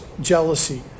jealousy